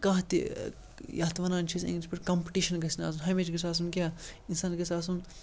کانٛہہ تہِ یَتھ وَنان چھِ أسۍ اِںٛگلِش پٲٹھۍ کَمپٹِشَن گژھِ نہٕ آسُن ہمیشہِ گژھِ آسُن کیٛاہ اِنسانَس گژھِ آسُن